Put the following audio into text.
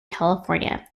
california